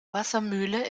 wassermühle